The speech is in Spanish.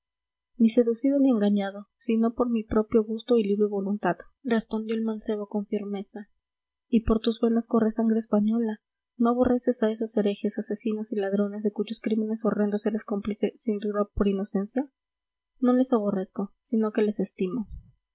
ni seducido ni engañado sino por mi propio gusto y libre voluntad respondió el mancebo con firmeza y por tus venas corre sangre española no aborreces a esos herejes asesinos y ladrones de cuyos crímenes horrendos eres cómplice sin duda por inocencia no les aborrezco sino que les estimo